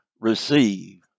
receive